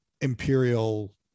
imperial